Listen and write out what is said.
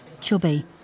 chubby